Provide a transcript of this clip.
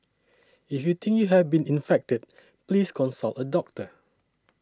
if you think you have been infected please consult a doctor